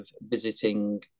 visiting